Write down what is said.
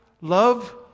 love